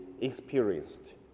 experienced